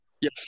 Yes